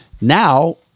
Now